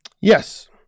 Yes